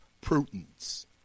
prudence